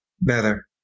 Better